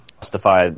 justify